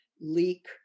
leak